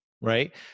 right